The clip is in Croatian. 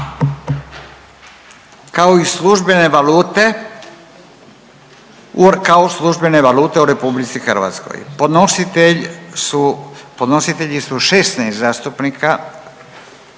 kao službene valute u Republici Hrvatskoj. Podnositelji su 16 zastupnica i